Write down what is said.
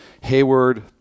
Hayward